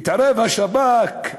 יתערב השב"כ,